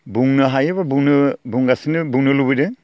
बुंनो हायो एबा बुंनो बुंगासिनो बुंनो लुबैदों